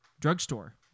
Drugstore